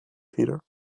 peter